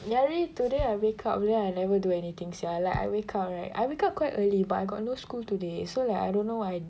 ni hari today I wake up then I never do anything sia like I wake up right I wake up quite early but I got no school today so like I don't know what I